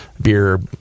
beer